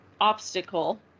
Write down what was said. obstacle